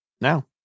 now